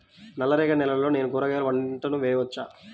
నల్ల రేగడి నేలలో నేను కూరగాయల పంటను వేయచ్చా?